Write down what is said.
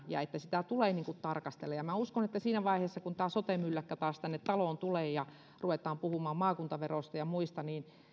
ja sitä tulee tarkastella minä uskon että siinä vaiheessa kun tämä sote mylläkkä taas tänne taloon tulee ja ruvetaan puhumaan maakuntaverosta ja muista niin